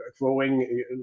growing